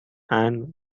and